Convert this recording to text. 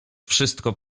wszystko